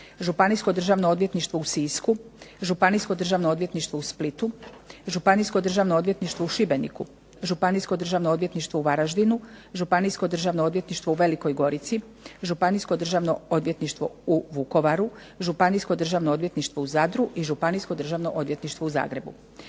Županijsko državno odvjetništvo u Sisku, Županijsko državno odvjetništvo u Splitu, Županijsko državno odvjetništvo u Šibeniku, Županijsko državno odvjetništvo u Varaždinu, županijsko državno odvjetništvo u Velikoj Gorici, županijsko državno odvjetništvo u Vukovaru, županijsko državno odvjetništvo u Zadru, i županijsko državno odvjetništvo u Zagrebu.